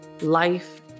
Life